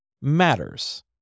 matters